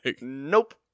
nope